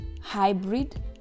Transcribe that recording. hybrid